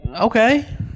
Okay